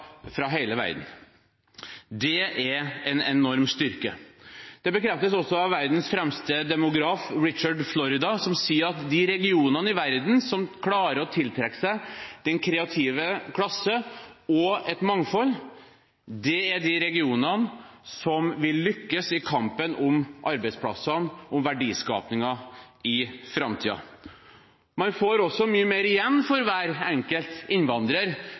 fra hele verden. Det er en enorm styrke. Det bekreftes også av verdens fremste demograf, Richard Florida, som sier at de regionene i verden som klarer å tiltrekke seg den kreative klasse og et mangfold, er de regionene som vil lykkes i kampen om arbeidsplassene og verdiskapingen i framtiden. Man får også mye mer igjen for hver enkelt innvandrer